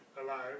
alive